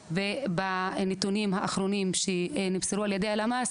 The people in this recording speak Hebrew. ובנתונים האחרונים שנמסרו על ידי הלמ"ס,